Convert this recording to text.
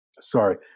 sorry